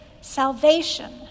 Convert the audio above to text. salvation